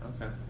okay